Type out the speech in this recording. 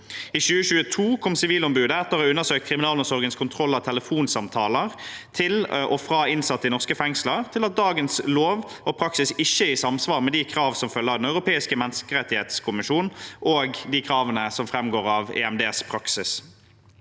I 2022 kom Sivilombudet fram til, etter å ha undersøkt kriminalomsorgens kontroll av telefonsamtaler til og fra innsatte i norske fengsler, at dagens lov og praksis ikke er i samsvar med de krav som følger av Den europeiske menneskerettskonvensjon, og de kravene som framgår av EMDs praksis.